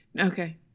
Okay